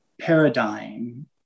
paradigm